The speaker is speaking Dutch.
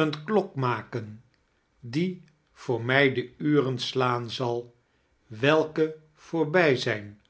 eene klok makest die voor mij de uren slaan zal welke voorbij zijn